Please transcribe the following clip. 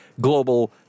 global